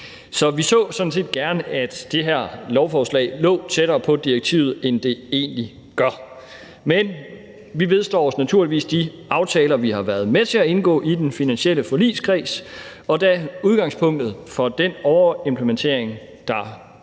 sådan set gerne, at det her lovforslag lå tættere på direktivet, end det egentlig gør. Men vi vedstår os naturligvis de aftaler, vi har været med til at indgå i den finansielle forligskreds. Og da udgangspunktet for den overimplementering, der